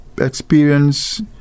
experience